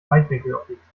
weitwinkelobjektiv